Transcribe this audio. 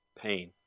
pain